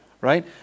right